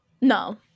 No